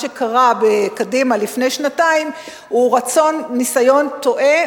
שקרה בקדימה לפני שנתיים הוא ניסיון טועה,